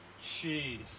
jeez